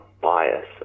bias